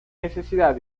necesidad